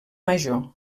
major